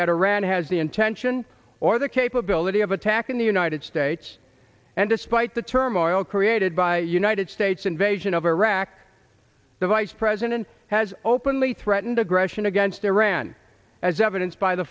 that iran has the intention or the capability of attacking the united states and despite the turmoil created by the united states invasion of iraq the vice president has openly threatened aggression against iran as evidenced by the